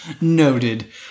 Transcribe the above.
Noted